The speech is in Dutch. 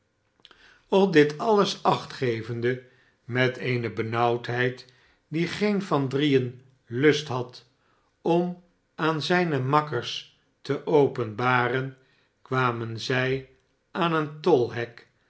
op dit alles acht gevende met eene benauwdheid die geen van driesn lust had om aan zijne makkers te openbaren kwamen zij aan een tolhek